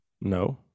No